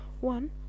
One